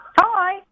hi